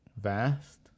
vast